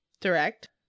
direct